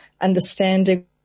understanding